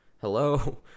Hello